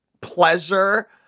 pleasure